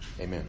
Amen